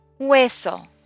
Hueso